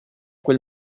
quel